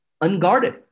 unguarded